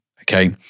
okay